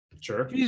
sure